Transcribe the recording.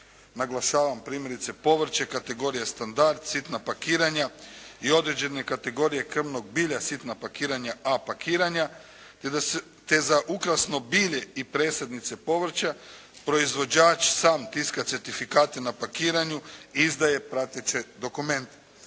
naglašavam, primjerice povrće je kategorija standard, sitna pakiranja i određene kategorije …/Govornik se ne razumije./… bilja, sitna pakiranja, A pakiranja, te za ukrasno bilje i presadnice povrća, proizvođač sam tiska certifikate na pakiranju, izdaje prateće dokumente.